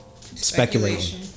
speculating